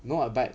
no [what] but